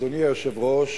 אדוני היושב-ראש,